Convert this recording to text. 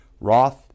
Roth